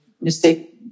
mistake